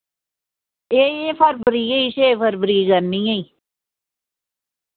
एह् फरवरी ई छे फरबरी करनी ई